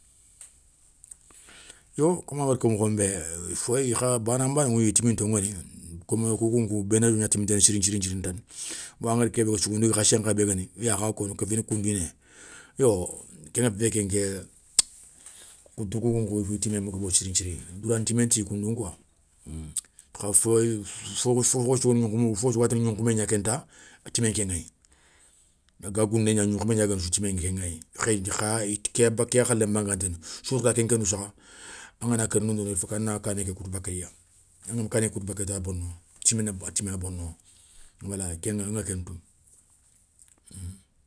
Yo koma angada ko mokhon bé foyi khayi, banan banoun ŋeyi i timin to nguéni, komi wokou nkou nkou bénéli gna timinténi sirin nthiri nthiri ntane, bo angadi ké bé ko sougou ndigui khassé nkha bé guéni yo awkho comme a kha kéfini kun fini ya, yo kenga fé kénké, koutou kou kou nkou i timé ma gobo sirin nthiri nthiri. droit ntimé ntiya koundou koi kha fofou sou ga taŋana gnounkhoumé gna kenta timé nké ŋéyi. ga gouné gna gnounkhoumé gna guéni sou timé nké ŋéyi. Kha kéy a yakhalémaŋa nanti fofou sou ga kenken dou saha angana kéri nondono il fauk a na kané ké koutou bakéye angama kané ké koutou bakéya ta a bona, timé ŋa a timé na bonondina. wala kéŋa ŋa kentou.